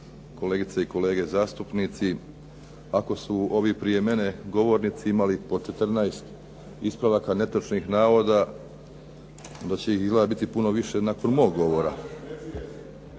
kolegice i kolege zastupnici. Ako su ovi prije mene govornici imali po 14 ispravaka netočnih navoda onda će ih izgleda biti puno više nakon mog govora.